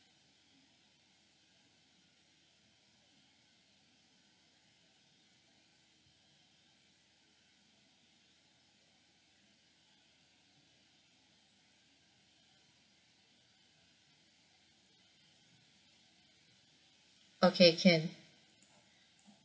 okay can